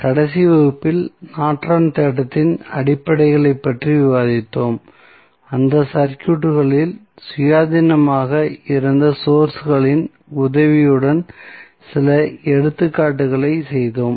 கடைசி வகுப்பில் நார்டனின் தேற்றத்தின் Nortons theorem அடிப்படைகளைப் பற்றி விவாதித்தோம் அந்த சர்க்யூட்களில் சுயாதீனமாக இருந்த சோர்ஸ்களின் உதவியுடன் சில எடுத்துக்காட்டுகளைச் செய்தோம்